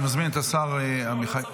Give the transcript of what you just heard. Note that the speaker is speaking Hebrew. אני מזמין את השר עמיחי --- לא, לא צריך.